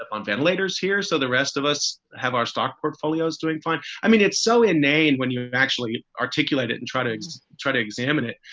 on ventilators here. so the rest of us have our stock portfolios doing fine. i mean, it's so insane when you actually articulate it and try to try to examine it,